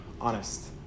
honest